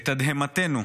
לתדהמתנו,